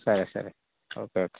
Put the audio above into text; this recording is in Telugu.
సరే సరే ఓకే ఓకే